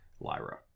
Lyra